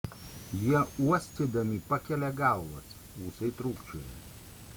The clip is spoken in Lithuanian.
jie uostydami pakelia galvas ūsai trūkčioja